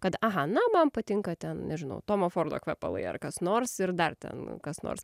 kad aha na man patinka ten nežinau tomo fordo kvepalai ar kas nors ir dar ten kas nors